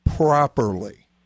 properly